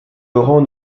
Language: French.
laurent